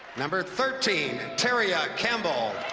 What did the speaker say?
number thirteen, teria campbell.